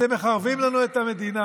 אתם מחרבים לנו את המדינה.